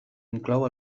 inclou